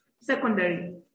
secondary